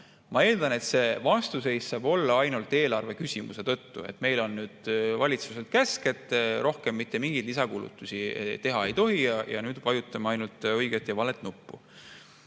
Ma eeldan, et vastuseis saab olla ainult eelarveküsimuse tõttu, et meil on nüüd valitsuse käsk, et rohkem mitte mingeid lisakulutusi teha ei tohi ja nüüd vajutame ainult õiget nuppu.